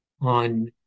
on